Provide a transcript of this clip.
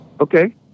Okay